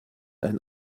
ein